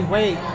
Wait